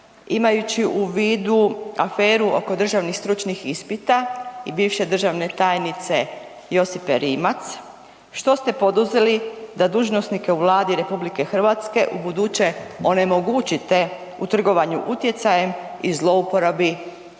imajući u vidu aferu oko državnih stručnih ispita i bivše državne tajnice Josipe Rimac što ste poduzeli da dužnosnike u Vladi RH ubuduće onemogućite u trgovanju utjecajem i zlouporabi